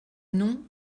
nom